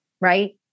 right